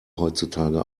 heutzutage